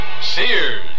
Sears